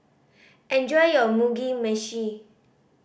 enjoy your Mugi Meshi